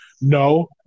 no